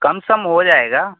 कम सम हो जाएगा